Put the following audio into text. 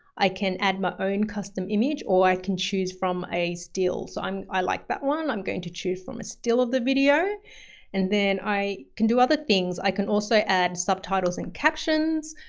i can add my own custom image or i can choose from a still. so i like that one. i'm going to choose from a still of the video and then i can do other things. i can also add subtitles and captions,